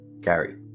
Gary